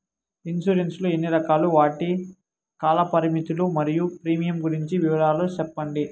Insurance లు ఎన్ని రకాలు? వాటి కాల పరిమితులు మరియు ప్రీమియం గురించి వివరాలు సెప్పండి?